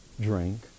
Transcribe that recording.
drink